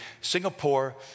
Singapore